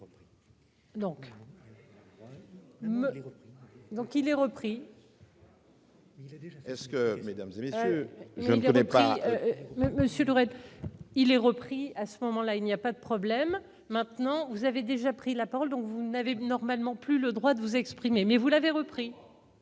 Donc il est repris. J'ai vu, est-ce que Madame Joly. Je ne connais pas Monsieur le raid. Il est repris à ce moment-là, il n'y a pas de problème, maintenant, vous avez déjà pris la parole, donc vous n'avez normalement plus le droit de vous exprimer mais vous l'avez repris.